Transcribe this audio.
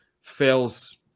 fails